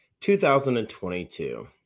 2022